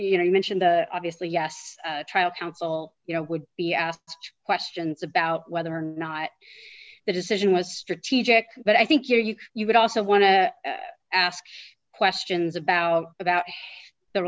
you know you mentioned obviously yes trial counsel you know would be asked questions about whether or not the decision was strategic but i think you're you you would also want to ask questions about about the